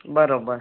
બરાબર